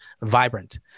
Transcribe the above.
vibrant